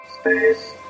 Space